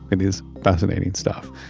it is fascinating stuff.